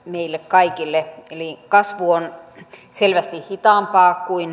niille kaikille eli kasvu on selvästi hitaampaa kuin